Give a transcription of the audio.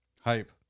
hype